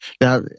Now